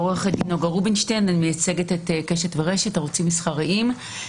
אני מייצגת את "קשת" ו"רשת", הערוצים המסחריים.